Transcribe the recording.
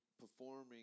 performing